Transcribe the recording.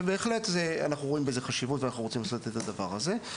ואנחנו בהחלט רואים בזה חשיבות ואנחנו רוצים לעשות את הדבר הזה,